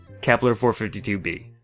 Kepler-452b